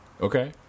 okay